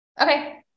Okay